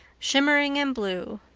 shimmering and blue,